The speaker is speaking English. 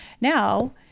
Now